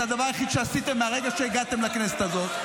זה הדבר היחיד שעשיתם מהרגע שהגעתם לכנסת הזאת.